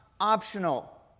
Optional